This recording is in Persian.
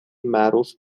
معروف